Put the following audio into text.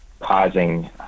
causing